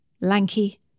lanky